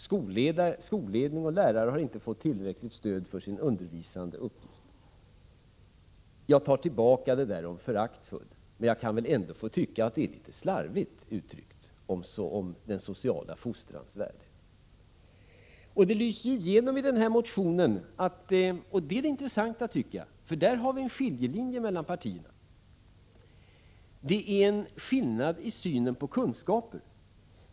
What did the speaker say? Skolledning och lärare har inte fått tillräckligt stöd för sin undervisande uppgift.” Jag tar tillbaka det där om föraktfullt, men jag kan väl ändå få tycka att det är litet slarvigt uttryckt, det som sägs om den sociala fostrans värde. Det lyser igenom i den här motionen — och det är det intressanta, tycker jag —att det finns en skiljelinje mellan partierna i synen på kunskapen.